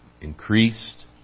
increased